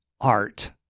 art